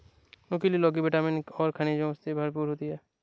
नुकीला लौकी विटामिन और खनिजों से भरपूर होती है